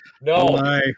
No